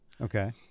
Okay